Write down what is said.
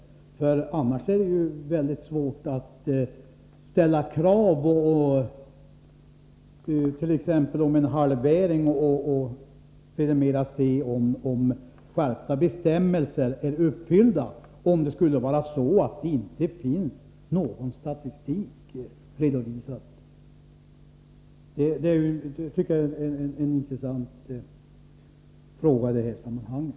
Om det inte finns någon statistik är det mycket svårt att ställa krav på t.ex. en halvering av utsläppen och sedermera se om skärpta bestämmelser har haft någon effekt. Det tycker jag är intressant i det här sammanhanget.